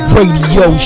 Radio